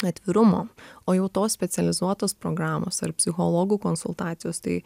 atvirumo o jau tos specializuotos programos ar psichologų konsultacijos tai